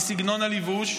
מסגנון הלבוש,